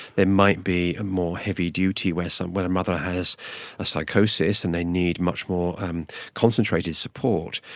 they might be more heavy duty, when when a mother has a psychosis and they need much more concentrated support.